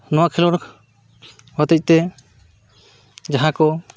ᱱᱚᱣᱟ ᱠᱷᱮᱸᱞᱳᱰ ᱦᱚᱛᱮᱡᱛᱮ ᱡᱟᱦᱟᱸ ᱠᱚ